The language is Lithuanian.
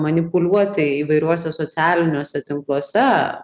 manipuliuoti įvairiuose socialiniuose tinkluose